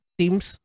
teams